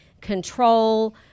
control